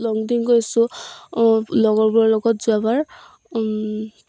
লংডিং গৈছোঁ লগৰবোৰৰ লগত যোৱাবাৰ